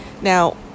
Now